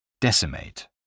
Decimate